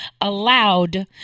allowed